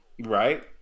Right